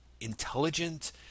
intelligent